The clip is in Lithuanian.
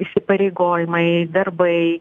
įsipareigojimai darbai